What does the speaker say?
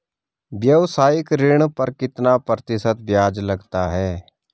व्यावसायिक ऋण पर कितना प्रतिशत ब्याज लगता है?